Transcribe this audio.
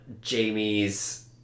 Jamie's